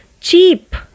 cheap